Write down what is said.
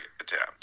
attempt